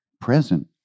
present